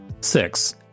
Six